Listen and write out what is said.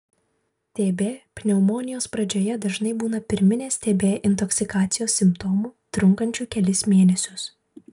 tb pneumonijos pradžioje dažnai būna pirminės tb intoksikacijos simptomų trunkančių kelis mėnesius